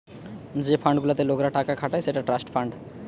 যে ফান্ড গুলাতে লোকরা টাকা খাটায় সেটা ট্রাস্ট ফান্ড